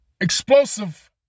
explosive